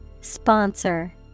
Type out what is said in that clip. sponsor